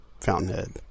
Fountainhead